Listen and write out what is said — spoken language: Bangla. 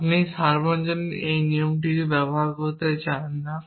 আপনি সার্বজনীন এই নিয়মটি ব্যবহার করতে চান না